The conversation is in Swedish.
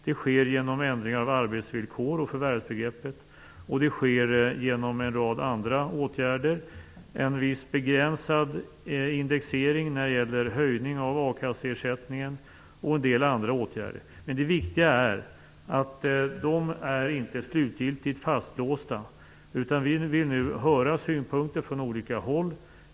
Det sker genom ändring av arbetsvillkor och förvärvsbegreppet, och det sker genom en rad andra åtgärder. Det sker genom en viss begränsad indexering när det gäller höjning av akasseersättningen och en del andra åtgärder. Men det viktiga är att de inte är slutgiltigt fastlåsta. Vi vill nu höra synpunkter från olika håll.